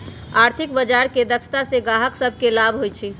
आर्थिक बजार के दक्षता से गाहक सभके लाभ होइ छइ